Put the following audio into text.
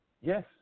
Yes